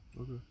Okay